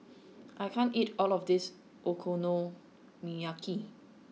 I can't eat all of this Okonomiyaki